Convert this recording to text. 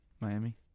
Miami